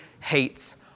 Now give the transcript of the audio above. hates